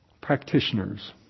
practitioners